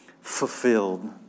fulfilled